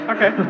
Okay